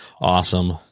awesome